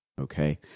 Okay